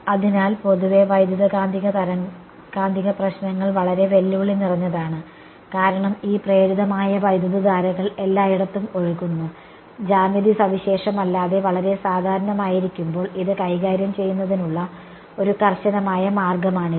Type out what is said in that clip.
അതിനാൽ പൊതുവെ വൈദ്യുതകാന്തിക പ്രശ്നങ്ങൾ വളരെ വെല്ലുവിളി നിറഞ്ഞതാണ് കാരണം ഈ പ്രേരിതമായ വൈദ്യുതധാരകൾ എല്ലായിടത്തും ഒഴുകുന്നു ജ്യാമിതി സവിശേഷമല്ലാതെ വളരെ സാധാരണമായിരിക്കുമ്പോൾ ഇത് കൈകാര്യം ചെയ്യുന്നതിനുള്ള ഒരു കർശനമായ മാർഗമാണിത്